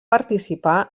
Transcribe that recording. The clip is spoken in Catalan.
participar